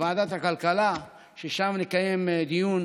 לוועדת הכלכלה, שם נקיים דיון,